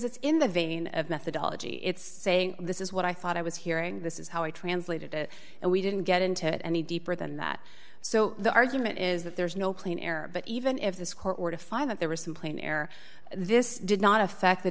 it's in the vein of methodology it's saying this is what i thought i was hearing this is how i translated it and we didn't get into it any deeper than that so the argument is that there is no clean air but even if this court were to find that there were some plain air this did not affect the